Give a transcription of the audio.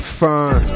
fine